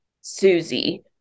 Susie